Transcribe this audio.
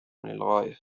للغاية